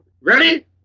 Ready